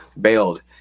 bailed